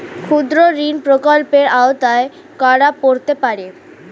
ক্ষুদ্রঋণ প্রকল্পের আওতায় কারা পড়তে পারে?